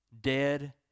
dead